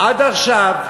עד עכשיו,